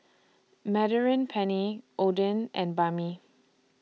Penne Oden and Banh MI